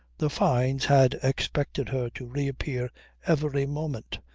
the fynes had expected her to reappear every moment,